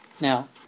Now